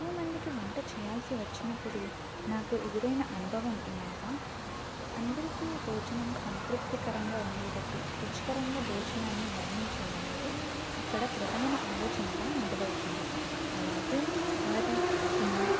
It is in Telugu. ఎక్కువ మందికి వంట చేయాల్సి వచ్చినప్పుడు నాకు ఎదురైన అనుభవం ఏమనగా అందరికీ భోజనం సంతృప్తికరంగా ఉండేటట్టు రుచికరంగా భోజనాన్ని వర్ణించాలనేది అక్కడ ప్రధాన ఆలోచనగా మొదలవుతుంది అలాగే వారి తిని